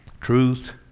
truth